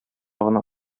гына